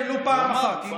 לא ענה על זה ולו פעם אחת.